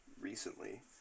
recently